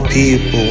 people